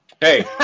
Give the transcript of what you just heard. Hey